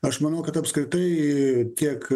aš manau kad apskritai tiek